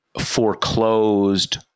foreclosed